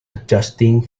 adjusting